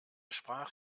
sprach